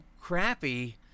crappy